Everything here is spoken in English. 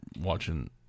watching